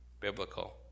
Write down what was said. Biblical